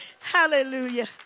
hallelujah